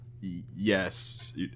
yes